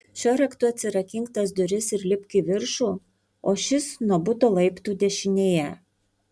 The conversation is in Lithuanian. šiuo raktu atsirakink tas duris ir lipk į viršų o šis nuo buto laiptų dešinėje